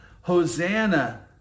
Hosanna